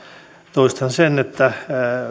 toistan sen että